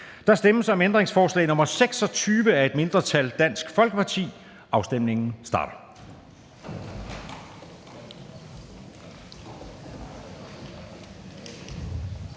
Der stemmes om ændringsforslag nr. 26 af et mindretal (DF). Afstemningen starter.